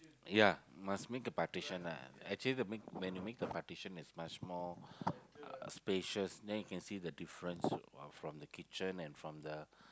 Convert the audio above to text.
ya must make a partition lah actually to make when you make the partition is much more uh spacious then you can see the difference from the kitchen and from the